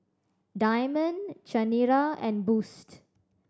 Diamond Chanira and Boost